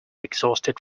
exhausted